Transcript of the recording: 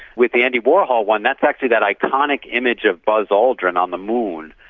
with the andy warhol one, that's actually that iconic image of buzz aldrin on the moon,